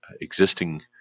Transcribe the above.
existing